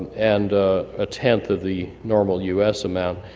and a tenth of the normal u s. amount,